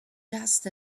just